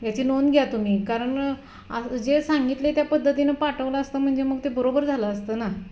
याची नोंद घ्या तुम्ही कारण आ जे सांगितलं आहे त्या पद्धतीनं पाठवलं असतं म्हणजे मग ते बरोबर झालं असतं ना